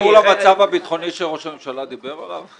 --- זה קשור למצב הביטחוני שראש הממשלה דיבר עליו?